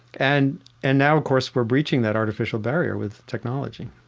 and and now, of course, we're breaching that artificial barrier with technology